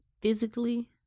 Physically